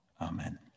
Amen